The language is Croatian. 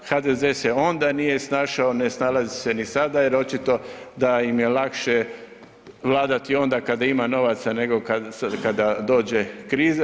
HDZ se onda nije snašao, ne snalazi se ni sada jer očito da im je lakše vladati onda kada ima novaca nego kada dođe kriza.